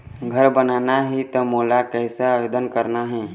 घर बनाना ही त मोला कैसे आवेदन करना हे?